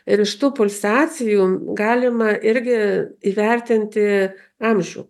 ir iš tų pulsacijų galima irgi įvertinti amžių